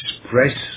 express